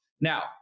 now